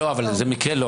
אבל זה מקרה אחר.